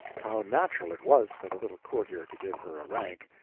how natural it was for the little courtier to give her a rank.